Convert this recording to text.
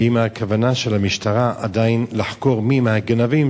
ואם הכוונה של המשטרה עדיין לחקור מי מהגנבים,